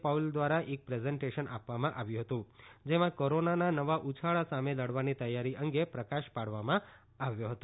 Paul દ્વારા એક presentation આપવામાં આવ્યું હતું જેમાં કોરોનાના નવા ઉછાળા સામે લડવાની તૈયારી અંગે પ્રકાશ પાડવામાં આવ્યો હતો